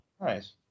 nice